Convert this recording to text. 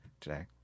today